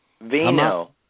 Vino